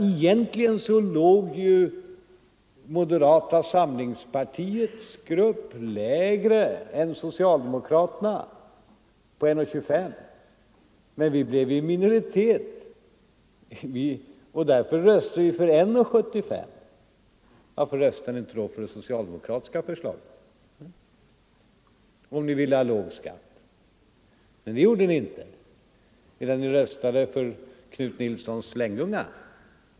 Herr Bohman säger att moderata samlingspartiets grupp egentligen låg lägre än socialdemokra terna, nämligen på 1,25. Men vi blev i minoritet — sade herr Bohman - och därför röstade vi för 1,75. Varför röstade ni inte då på det socialdemokratiska förslaget på 1,50 om ni ville ha låg skatt? Det gjorde ni inte. Ni röstade för Knut Nilssons slänggunga.